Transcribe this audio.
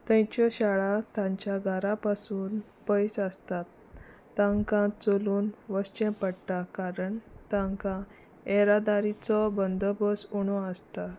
थंयच्यो शाळा तांच्या घारा पसून पयस आसतात तांकां चलून वसचें पडटा कारण तांकां येरादारीचो बंदोबस्त उणो आसता